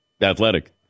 athletic